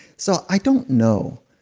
so i don't know.